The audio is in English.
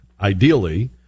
ideally